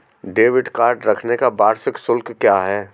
Debit card रखने का वार्षिक शुल्क क्या है?